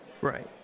right